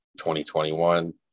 2021